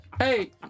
Hey